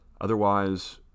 Otherwise